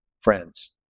friends